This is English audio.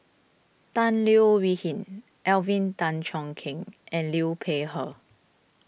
Tan Leo Wee Hin Alvin Tan Cheong Kheng and Liu Peihe